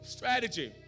Strategy